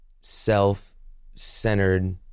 self-centered